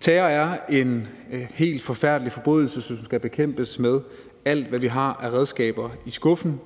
Terror er en helt forfærdelig forbrydelse, som skal bekæmpes med alt, hvad vi har af redskaber i skuffen.